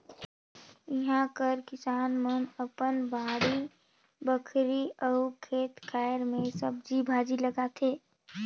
इहां कर किसान मन अपन बाड़ी बखरी अउ खेत खाएर में सब्जी भाजी लगाथें